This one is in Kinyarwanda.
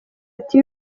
ati